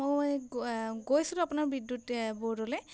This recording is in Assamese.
মই গৈছিলোঁ আপোনাৰ বিদ্যুৎ ব'ৰ্ডলৈ